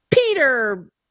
Peter